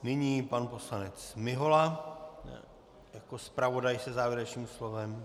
Nyní pan poslanec Mihola jako zpravodaj se závěrečným slovem.